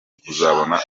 kuzabona